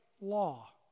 law